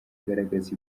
agaragaza